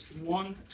one